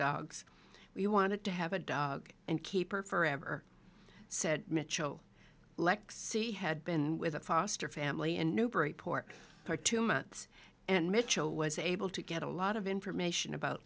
dogs we wanted to have a dog and keep her forever said mitchell lexie had been with a foster family in newburyport for two months and mitchell was able to get a lot of information about